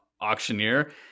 auctioneer